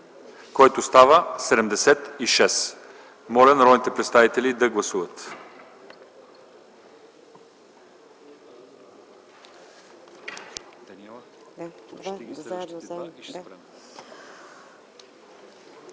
който става § 79. Моля народните представители да гласуват.